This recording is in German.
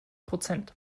prozent